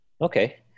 Okay